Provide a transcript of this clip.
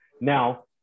Now